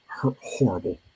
horrible